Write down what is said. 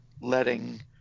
letting